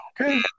Okay